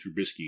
Trubisky